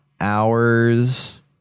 hours